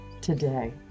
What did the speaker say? today